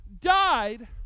died